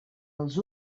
als